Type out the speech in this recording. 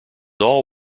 all